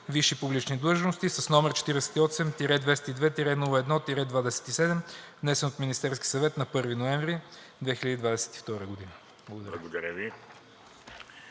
висши публични длъжности, № 48-202-01-27, внесен от Министерския съвет на 1 ноември 2022 г.“ Благодаря.